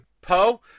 Poe